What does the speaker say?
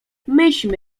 myśmy